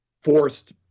forced